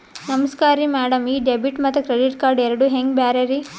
ನಮಸ್ಕಾರ್ರಿ ಮ್ಯಾಡಂ ಈ ಡೆಬಿಟ ಮತ್ತ ಕ್ರೆಡಿಟ್ ಕಾರ್ಡ್ ಎರಡೂ ಹೆಂಗ ಬ್ಯಾರೆ ರಿ?